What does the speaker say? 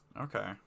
Okay